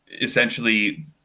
essentially